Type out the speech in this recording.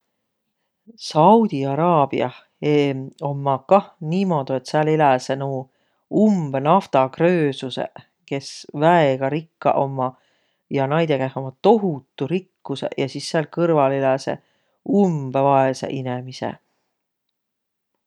Saudi-Araabiah ommaq ka niimuudu, et sääl eläseq nuuq umbõ naftakröösusõq, kes väega rikkaq ommaq. Ja naidõ käeh ommaq tohutuq rikkusõq. Ja sis sääl kõrval eläseq umbõ vaesõq inemiseq.